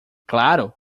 claro